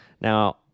Now